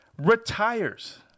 retires